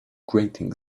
grating